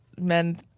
men